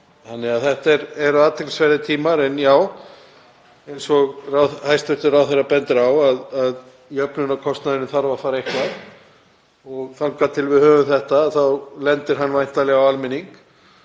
Þannig að þetta er athyglisverðir tímar. En já, eins og hæstv. ráðherra bendir á þarf jöfnunarkostnaðurinn að fara eitthvað og þangað til við höfum þetta þá lendir hann væntanlega á almenningi.